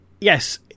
Yes